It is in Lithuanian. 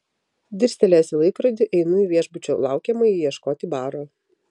dirstelėjęs į laikrodį einu į viešbučio laukiamąjį ieškoti baro